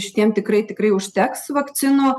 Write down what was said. šitiem tikrai tikrai užteks vakcinų